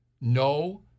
No